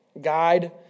guide